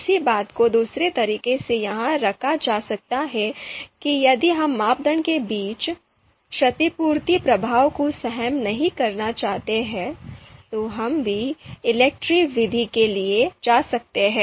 इसी बात को दूसरे तरीके से यहाँ रखा जा सकता है कि यदि हम मापदंड के बीच क्षतिपूर्ति प्रभाव को सहन नहीं करना चाहते हैं तो हम भी ELECTRE विधि के लिए जा सकते हैं